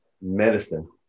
medicine